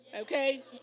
okay